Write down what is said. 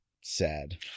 sad